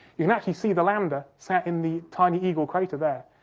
you can actually see the lander sat in the tiny eagle crater there.